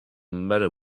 matter